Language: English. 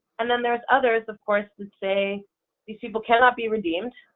and then there are others, of course, to say these people cannot be redeemed,